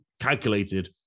calculated